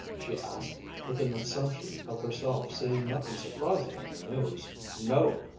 she asked, with an assumption of herself seeing nothing surprising in the news. no,